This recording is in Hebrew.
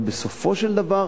אבל בסופו של דבר,